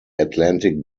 atlantic